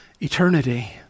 eternity